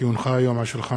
כי הונחו היום על שולחן